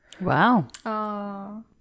Wow